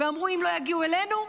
הם אמרו: אם לא יגיעו אלינו,